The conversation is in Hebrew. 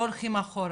לא הולכים אחורה.